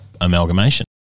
amalgamation